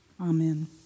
Amen